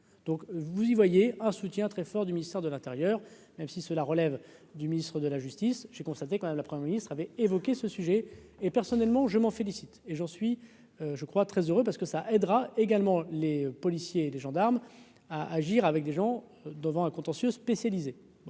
donc vous y voyez un soutien très fort du ministère de l'Intérieur, même si cela relève du ministre de la Justice, j'ai constaté quand même le 1er ministre avait évoqué ce sujet, et personnellement je m'en félicite et j'en suis je crois très heureux parce que ça aidera également les policiers et les gendarmes à agir avec des gens devant un contentieux spécialisé